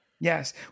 Yes